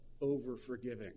over-forgiving